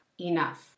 enough